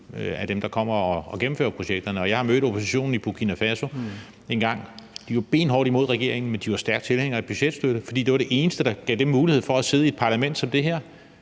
af dem, der kommer og gennemfører projekterne. Jeg har mødt oppositionen i Burkina Faso engang. De var benhårdt imod regeringen, men de var stærke tilhængere af budgetstøtte, for det var det eneste, der gav dem mulighed for at sidde i et parlament som det her